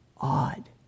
odd